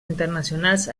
internacionals